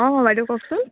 অঁ বাইদেউ কওকচোন